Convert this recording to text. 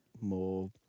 more